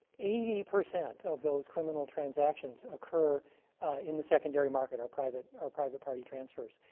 eighty percent of those criminal transactions occur in the secondary market or private or private party transfers.